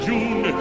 June